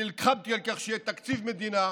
נלחמתי על כך שיהיה תקציב מדינה,